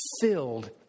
filled